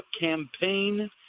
campaign